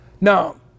Now